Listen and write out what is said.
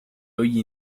hoy